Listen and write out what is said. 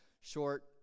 short